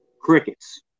crickets